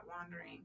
wandering